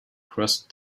crossed